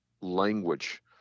language